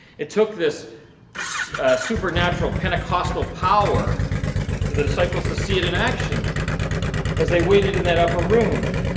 it took this supernatural pentecostal power for the disciples to see it in action as they waited in that upper room